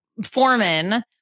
Foreman